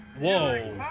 Whoa